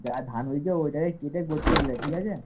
যা ধান হয়েছে ওইটাকেই কেটে গোছ করে নে ঠিক আছে